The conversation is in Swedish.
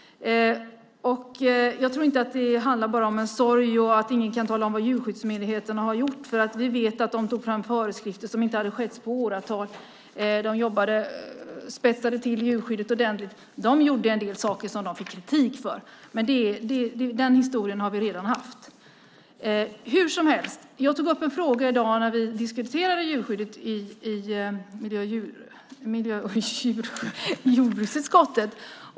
Jag tror inte att det bara handlar om en sorg och att ingen kan tala om vad Djurskyddsmyndigheten gjorde. Vi vet att de tog fram föreskrifter, vilket inte hade gjorts på åratal. De spetsade till djurskyddet ordentligt. De gjorde en del saker som de fick kritik för, men den historien har vi redan haft. Hur som helst tog jag i dag upp en fråga när vi diskuterade i miljö och jordbruksutskottet.